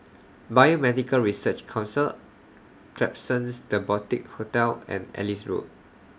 Biomedical Research Council Klapsons The Boutique Hotel and Ellis Road